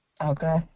okay